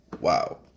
Wow